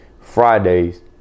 Friday's